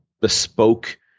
bespoke